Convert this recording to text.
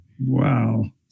Wow